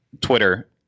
Twitter